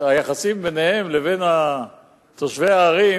היחסים ביניהם לבין תושבי הערים